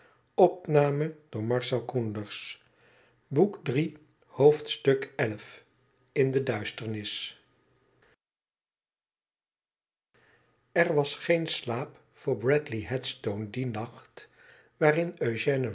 xi in de duisternis er was geen slaap voor bradley headstone dien nacht waarin